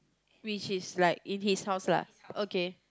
which is like in his house lah okay